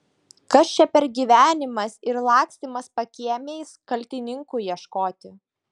kas čia per gyvenimas ir lakstymas pakiemiais kaltininkų ieškoti